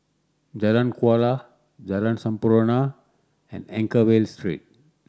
Jalan Kuala Jalan Sampurna and Anchorvale Street